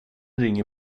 ringer